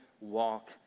walk